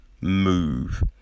move